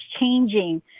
changing